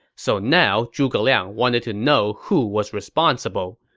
so now, zhuge liang wanted to know who was responsible,